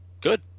good